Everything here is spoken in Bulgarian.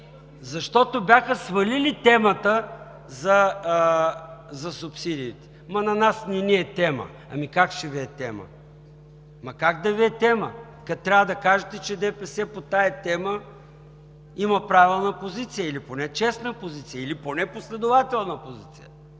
защото бяха свалили темата за субсидиите. На нас не ни е тема – ами как ще Ви е тема?! Как да Ви е тема, като трябва да кажете, че ДПС има правилна позиция по нея или поне честна позиция, или поне последователна позиция!